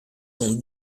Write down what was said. son